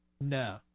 No